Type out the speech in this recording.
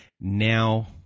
now